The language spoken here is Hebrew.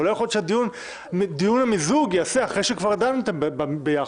אבל לא יכול להיות שהדיון למיזוג ייעשה אחרי שכבר דנתם ביחד.